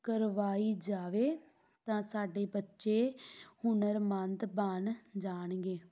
ਕਰਵਾਈ ਜਾਵੇ ਤਾਂ ਸਾਡੇ ਬੱਚੇ ਹੁਨਰਮੰਦ ਬਣ ਜਾਣਗੇ